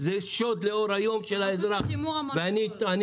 ואם הם